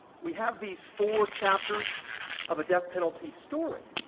we have these four chapters of a death penalty story,